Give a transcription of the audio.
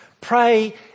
Pray